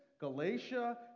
Galatia